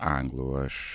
anglų aš